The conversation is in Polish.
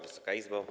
Wysoka Izbo!